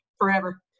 forever